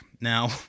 Now